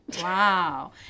Wow